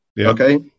Okay